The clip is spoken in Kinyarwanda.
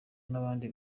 nabandi